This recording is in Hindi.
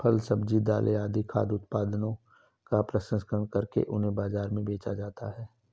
फल, सब्जी, दालें आदि खाद्य उत्पादनों का प्रसंस्करण करके उन्हें बाजार में बेचा जाता है